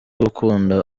gukunda